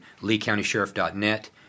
LeeCountySheriff.net